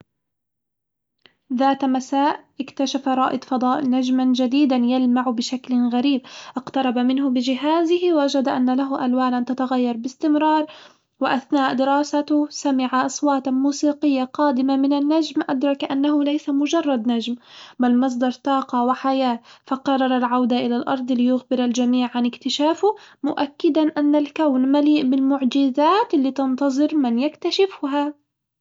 ذات مساء، اكتشف رائد فضاء نجمًا جديدًا يلمع بشكل غريب، اقترب منه بجهازه وجد أن له ألوانًا تتغير باستمرار، وأثناء دراسته سمع أصواتا موسيقية قادمة من النجم، أدرك أنه ليس مجرد نجم، بل مصدر طاقة وحياة، فقرر العودة إلى الأرض ليخبر الجميع عن اكتشافه، مؤكدًا أن الكون مليء بالمعجزات اللي تنتظر من يكتشفها.